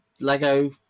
Lego